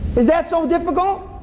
is that so difficult?